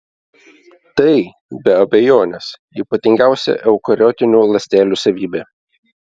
tai be abejonės ypatingiausia eukariotinių ląstelių savybė